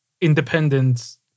independence